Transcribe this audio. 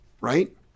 right